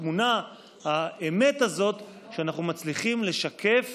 טמונה האמת הזאת שאנחנו מצליחים לשקף